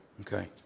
okay